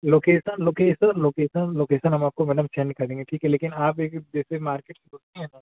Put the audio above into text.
location location location location हम आपको madam change करेंगे ठीक है लेकिन आप एक जैसे मार्केट से होती हैं ना